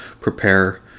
prepare